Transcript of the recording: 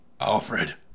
Alfred